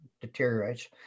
deteriorates